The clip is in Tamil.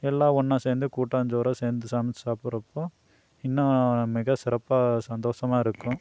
எல்லாம் ஒன்றா சேர்ந்து கூட்டாஞ்சோறோ சேர்ந்து சமைச்சி சாப்பிறப்போ இன்னும் மிக சிறப்பாக சந்தோசமாக இருக்கும்